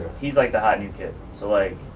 he's like the hot new kid. so like,